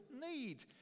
need